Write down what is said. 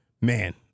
man